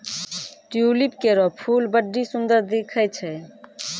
tulip केरो फूल बड्डी सुंदर दिखै छै